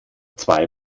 zwei